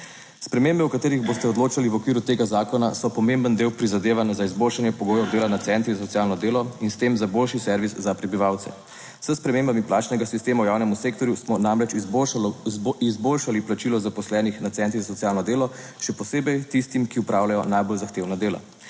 Spremembe, o katerih boste odločali v okviru tega zakona so pomemben del prizadevanj za izboljšanje pogojev dela na centrih za socialno delo in s tem za boljši servis za prebivalce. S spremembami plačnega sistema v javnem sektorju smo namreč izboljšali plačilo zaposlenih na centrih za socialno delo, še posebej tistim, ki opravljajo najbolj zahtevna dela.